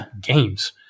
games